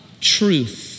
truth